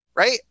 Right